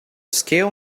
scale